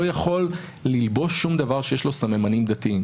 לא יכול ללבוש שום דבר שיש לו סממנים דתיים,